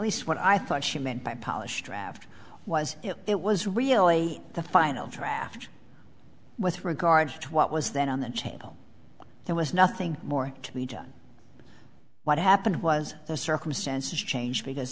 least what i thought she meant by polish draft was it was really the final draft with regard to what was then on the table there was nothing more to be done what happened was the circumstances change because